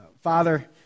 father